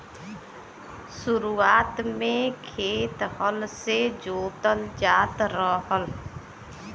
शुरुआत में खेत हल से जोतल जात रहल